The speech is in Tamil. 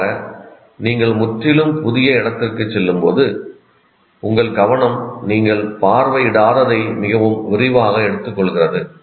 பொதுவாக நீங்கள் முற்றிலும் புதிய இடத்திற்குச் செல்லும்போது உங்கள் கவனம் நீங்கள் பார்வையிடாததை மிகவும் விரிவாக எடுத்துக் கொள்கிறது